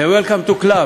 למה מוזהר?